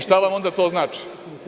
Šta vam onda to znači?